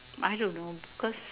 I don't know cause